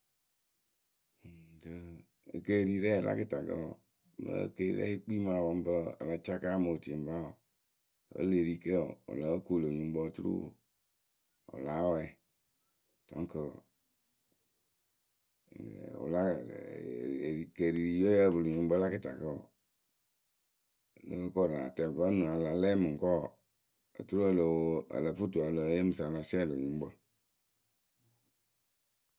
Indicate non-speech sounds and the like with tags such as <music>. Ekeerirɛɛyǝ la kɨtakǝ wǝǝ mɨ ekeerirɛ yɨ kpii mɨ apɔŋpǝ a la caka mɨ otuyǝ ŋpa wǝǝ Vǝ́ e l ri ke wǝǝ wɨ lóo kuŋ lo nyuŋkpǝ oturu wɨ láa wɛɛ donc <hesitation> ekeeririyǝ we yǝ́ǝ pɨlɨ nyuŋkpǝ la kɨtakǝ wǝǝ ŋ́ nóo koru atɛŋ vǝ́ nɨŋ a la lɛ mɨŋkɔɔwe wǝǝ oturu o lo wo ǝ lǝ fɨ tuwǝ e le yee mɨ sa a la siɛ lö nyuŋkpǝ.